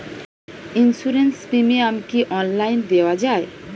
Insurance premium কি online দেওয়া যায়?